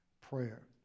prayer